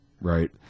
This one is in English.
right